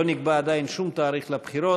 לא נקבע עדיין שום תאריך לבחירות.